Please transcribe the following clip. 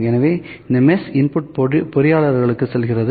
எனவே இந்த mesh input பொறியாளர்களுக்கு செல்கிறது